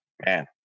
man